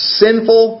sinful